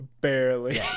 barely